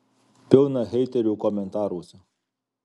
pilna heiterių komentaruose